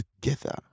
together